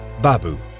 Babu